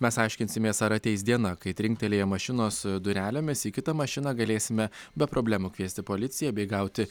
mes aiškinsimės ar ateis diena kai trinktelėję mašinos durelėmis į kitą mašiną galėsime be problemų kviesti policiją bei gauti